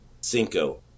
Cinco